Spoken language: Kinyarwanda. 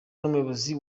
n’umuyobozi